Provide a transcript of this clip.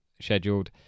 scheduled